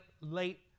late